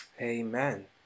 Amen